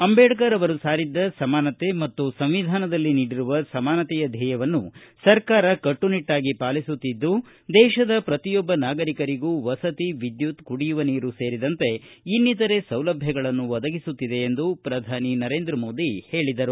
ಅಂಬೇಡ್ಕರ್ ಸಾರಿದ್ದ ಸಮಾನತೆ ಮತ್ತು ಸಂವಿಧಾನದಲ್ಲಿ ನೀಡಿರುವ ಸಮಾನತೆಯ ಧ್ಯೇಯವನ್ನು ಸರ್ಕಾರ ಕಟ್ಸುನಿಟ್ನಾಗಿ ಪಾಲಿಸುತ್ತಿದ್ದು ದೇಶದ ಪ್ರತಿಯೊಬ್ಲ ನಾಗರಿಕರಿಗೂ ವಸತಿ ವಿದ್ಯುತ್ ಕುಡಿಯುವ ನೀರು ಸೇರಿದಂತೆ ಇನ್ನಿತರೆ ಸೌಲಭ್ಯಗಳನ್ನು ಒದಗಿಸುತ್ತಿದೆ ಎಂದು ಪ್ರಧಾನಿ ನರೇಂದ್ರ ಮೋದಿ ಹೇಳಿದರು